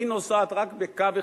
היא נוסעת רק בקו אחד,